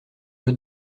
jeu